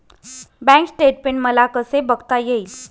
Bank statement मला कसे बघता येईल?